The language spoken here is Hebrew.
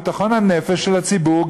ביטחון הנפש של הציבור,